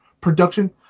production